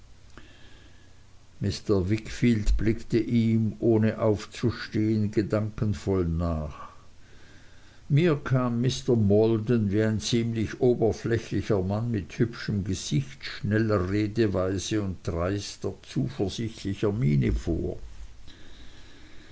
mr wickfield blickte ihm ohne aufzustehen gedankenvoll nach mir kam mr malton wie ein ziemlich oberflächlicher junger mann mit hübschem gesicht schneller redeweise und dreister zuversichtlicher miene vor